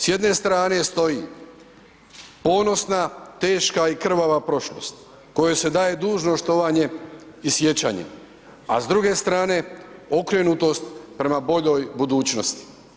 S jedne strane stoji ponosna, teška i krvava prošlost kojoj se daje dužno štovanje i sjećanje, a s druge strane okrenutost prema boljoj budućnosti.